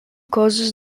causes